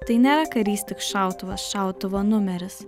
tai nėra karys tik šautuvas šautuvo numeris